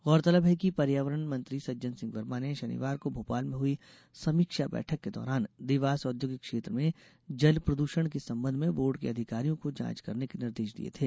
गौरतलब है कि पर्यावरण मंत्री सज्जन सिंह वर्मा ने शनिवार को भोपाल में हुई समीक्षा बैठक के दौरान देवास औद्योगिक क्षेत्र में जल प्रदूषण के संबंध में बोर्ड के अधिकारियों को जाँच करने के निर्देश दिये थे